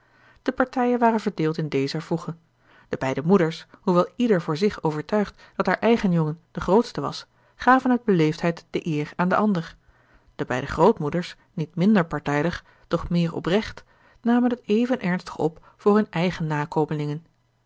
de partijen waren verdeeld in dezer voege de beide moeders hoewel ieder voor zich overtuigd dat haar eigen jongen de grootste was gaven uit beleefdheid de eer aan den ander de beide grootmoeders niet minder partijdig doch meer oprecht namen het even ernstig op voor hun eigen nakomelingen